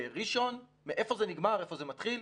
בראשון, מאיפה זה נגמר, איפה זה מתחיל,